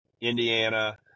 Indiana